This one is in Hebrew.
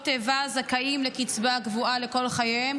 איבה זכאים לקצבה קבועה לכל חייהם,